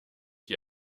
die